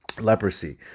leprosy